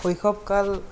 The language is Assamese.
শৈশৱকাল